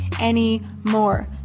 anymore